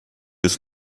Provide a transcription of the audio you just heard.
des